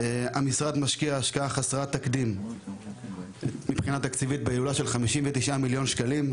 המשרד משקיע בהילולה השקעת חסרת תקדים מבחינת התקציב 59 מיליון שקלים.